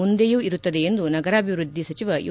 ಮುಂದೆಯೂ ಇರುತ್ತದೆ ಎಂದು ನಗರಾಭಿವೃದ್ಧಿ ಸಚಿವ ಯು